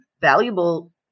valuable